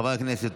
חברי הכנסת,